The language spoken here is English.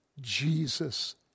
Jesus